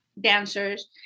dancers